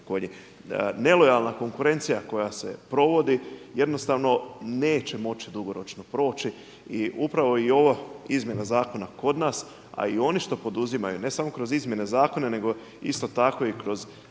Nelojalna konkurencija koja se provodi jednostavno neće moći dugoročno proći i upravo i ova izmjena zakona kod nas, a i oni što poduzimaju, ne samo kroz izmjene zakona nego isto tako i kroz sankcije koje